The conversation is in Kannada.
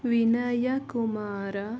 ವಿನಯಕುಮಾರ